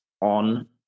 on